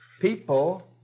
People